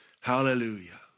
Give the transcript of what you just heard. Hallelujah